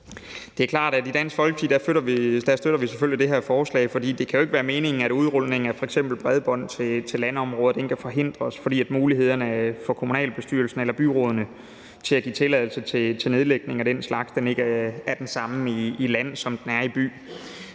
Det er klart, at i Dansk Folkeparti støtter vi selvfølgelig det her forslag, for det kan jo ikke være meningen, at udrulningen af f.eks. bredbånd til landområder kan forhindres, fordi mulighederne for kommunalbestyrelserne eller byrådene til at give tilladelse til nedlægning af den slags ikke er de samme på landet, som de er i byerne.